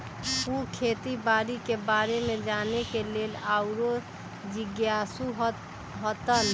उ खेती बाड़ी के बारे में जाने के लेल आउरो जिज्ञासु हतन